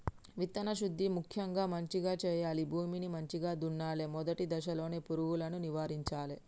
విత్తన శుద్ధి ముక్యంగా మంచిగ చేయాలి, భూమిని మంచిగ దున్నలే, మొదటి దశలోనే పురుగులను నివారించాలే